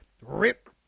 rip